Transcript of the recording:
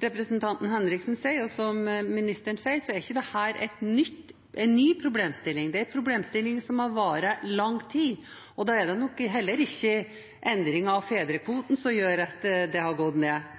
representanten Henriksen og ministeren sa, er ikke dette en ny problemstilling – det er en problemstilling som har vært i lang tid, og da er det nok heller ikke endring av fedrekvoten som gjør at det har gått ned